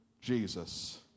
Jesus